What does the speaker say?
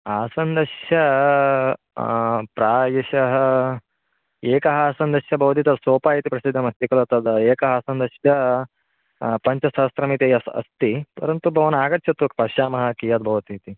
आसन्दस्य प्रायशः एकः आसन्दस्य भवति तद् सोपा इति प्रसिद्धमस्ति खलु तद् एकम् आसन्दस्य पञ्चसहस्रमिति यः अस्ति परन्तु भवान् आगच्छतु पश्यामः कियद्भवतीति